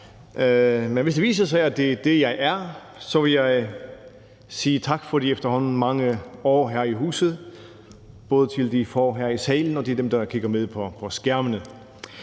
Men hvis det viser sig, at det er det, jeg er, så vil jeg sige tak for de efterhånden mange år her i huset, både til de få her i salen og til dem, der kigger med på skærmene.